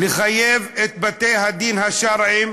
לחייב את בתי-הדין השרעיים